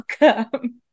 welcome